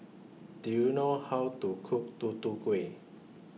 Do YOU know How to Cook Tutu Kueh